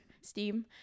steam